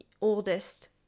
oldest